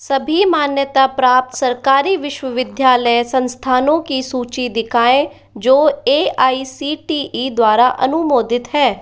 सभी मान्यता प्राप्त सरकारी विश्वविद्यालय संस्थानों की सूची दिखाएँ जो A I C T E द्वारा अनुमोदित हैं